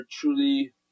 truly